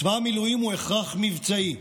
צבא המילואים הוא הכרח מבצעי.